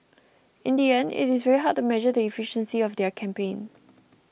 in the end it is very hard to measure the efficiency of their campaign